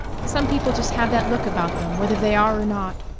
some people just have that look about them whether they are or not.